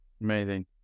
Amazing